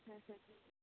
হ্যাঁ হ্যাঁ হ্যাঁ